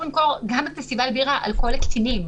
למכור גם בפסטיבל בירה אלכוהול לקטינים,